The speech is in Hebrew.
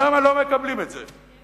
שם לא מקבלים את זה.